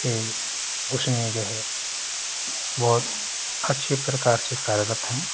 ये उसमें जो है बहुत अच्छे प्रकार से कार्यरत हैं